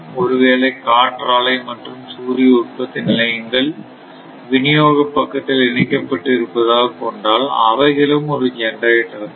ஒருவேளை காற்றாலை மற்றும் சூரிய உற்பத்தி நிலையங்கள் விநியோக பக்கத்தில் இணைக்கப்பட்டு இருப்பதாக கொண்டால் அவைகளும் ஒரு ஜெனரேட்டர் தான்